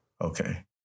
Okay